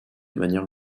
manière